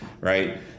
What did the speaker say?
right